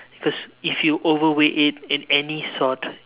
because if you overweigh it in any sort